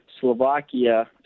Slovakia